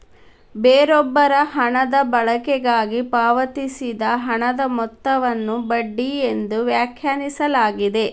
ಬೇರೊಬ್ಬರ ಹಣದ ಬಳಕೆಗಾಗಿ ಪಾವತಿಸಿದ ಹಣದ ಮೊತ್ತವನ್ನು ಬಡ್ಡಿ ಎಂದು ವ್ಯಾಖ್ಯಾನಿಸಲಾಗಿದೆ